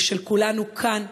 ושל כולנו כאן,